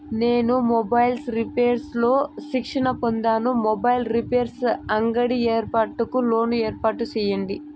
నేను mobiles repairs లో శిక్షణ పొందాను, మొబైల్ రిపైర్స్ అంగడి ఏర్పాటుకు లోను ఏర్పాటు సేయండి?